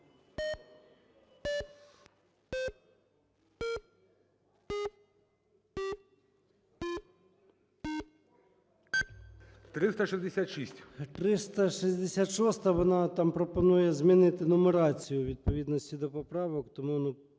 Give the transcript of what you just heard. О.М. 366-а, вона там пропонує змінити нумерацію у відповідності до поправок.